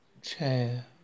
chair